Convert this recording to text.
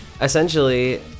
essentially